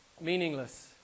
meaningless